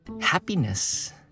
happiness